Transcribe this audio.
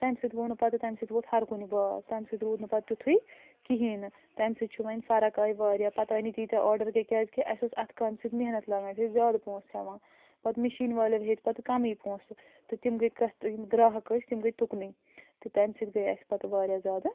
تَمہِ سۭتۍ گوٚو نہٕ پتہٕ تَمہِ سۭتۍ وۄتھ ہر کُنہِ بھاو تَمہِ سۭتۍ روٗد نہٕ پتہٕ تیُتھُے کِہیٖنۍ نہٕ تَمہِ سۭتۍ چھُ وَنہِ فرق آیہِ واریاہ پتہٕ آیہِ نہٕ تیٖتیٛاہ آرڈَر کیٚنٛہہ کیٛازِ کہِ اَسہِ اوس اَتھٕ کامہِ سۭتۍ محنت لَگان أسۍ ٲسۍ زیادٕ پونٛسہٕ ہٮ۪وان پتہٕ مِشیٖن والیو ہیٚتۍ پتہٕ کَمٕے پونٛسہٕ تہٕ تِم گٔے یِم گرٛاہک ٲسۍ تِم گٔے تُکنٕے تہٕ تَمہِ سۭتۍ گٔے اَسہِ پتہٕ واریاہ زیادٕ